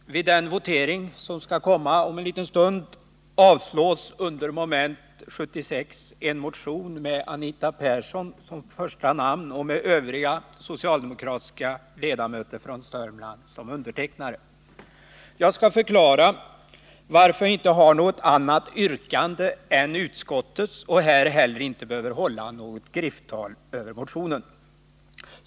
Herr talman! Vid den votering som skall företas om en liten stund kommer under mom. 76 att avslås en motion med Anita Persson som första namn och med övriga socialdemokratiska ledamöter från Sörmland som undertecknare. Jag skall förklara varför jag inte har något annat yrkande än utskottets och här heller inte behöver hålla något griftetal över motionen.